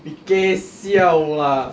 eh gei siao ah